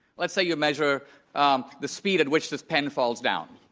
let's say you measure um the speed at which this pen falls down.